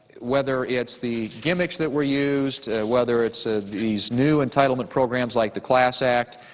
whether it's the gimmicks that were used, whether it's ah these new entitlement programs like the glass act,